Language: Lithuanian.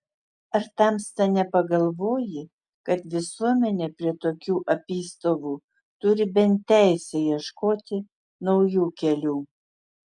ar tamsta nepagalvoji kad visuomenė prie tokių apystovų turi bent teisę ieškoti naujų kelių